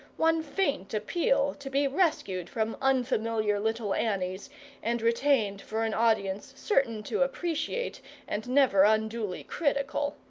one faint appeal to be rescued from unfamiliar little annies and retained for an audience certain to appreciate and never unduly critical.